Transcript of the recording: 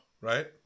Right